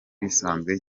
bisanzwe